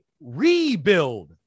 rebuild